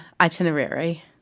itinerary